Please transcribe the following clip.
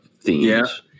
themes